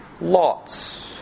lots